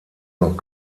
noch